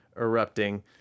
erupting